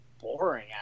boring